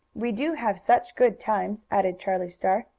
we do have such good times! added charlie star.